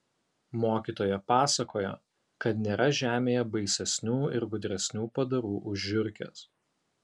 mokytoja pasakojo kad nėra žemėje baisesnių ir gudresnių padarų už žiurkes